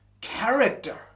character